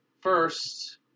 First